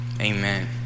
amen